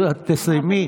תסיימי.